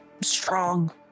strong